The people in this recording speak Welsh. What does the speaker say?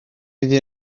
iddi